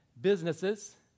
businesses